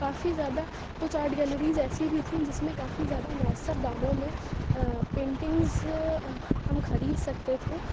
کافی زیادہ کچھ art galleries ایسی بھی تھیں جس میں کافی زیادہ میسّر داموں میں پینٹنگز ہم خرید سکتے تھے